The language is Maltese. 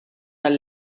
tal